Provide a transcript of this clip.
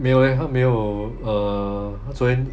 没有 eh 没有 uh 她昨天